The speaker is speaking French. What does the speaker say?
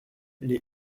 les